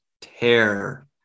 tear